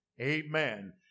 Amen